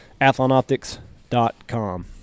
Athlonoptics.com